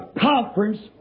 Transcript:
conference